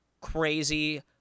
crazy